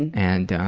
and